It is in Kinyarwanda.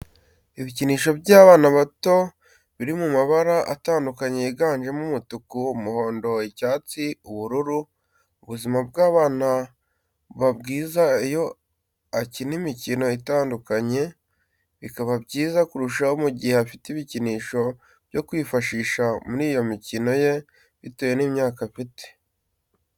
Ibikinisho by'abana bato biri mu mabara atandukanye yiganjemo umutuku, umuhondo, icyatsi, ubururu , ubuzima bw'umwana buba bwiza iyo akina imikino itandukanye, bikaba byiza kurushaho mu gihe afite ibikinisho byo kwifashisha muri iyo mikino ye bitewe n'imyaka afite.